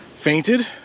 fainted